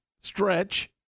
Stretch